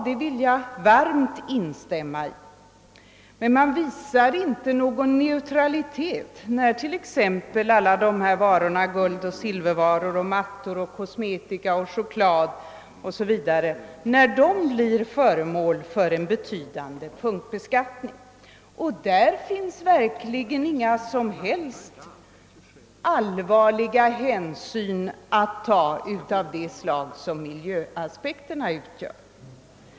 Det vill jag varmt instämma i. Men man visar inte någon neutralitet, när t.ex. guldoch silvervaror, mattor, kosmetika och choklad blir föremål för en betydande punktbeskattning. Därvidlag finns verkligen inga som helst allvarliga hänsyn att ta av det slag som miljövårdsaspekterna utgör.